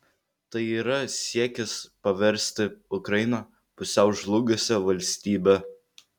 tai yra siekis paversti ukrainą pusiau žlugusia valstybe